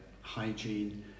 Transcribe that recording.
hygiene